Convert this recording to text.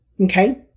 okay